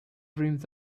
rims